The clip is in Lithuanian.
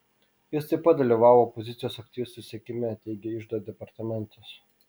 jis taip pat dalyvavo opozicijos aktyvistų sekime teigė iždo departamentas